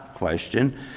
question